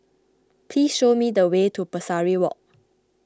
please show me the way to Pesari Walk